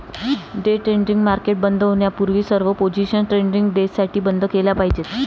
day trading market बंद होण्यापूर्वी सर्व पोझिशन्स ट्रेडिंग डेसाठी बंद केल्या पाहिजेत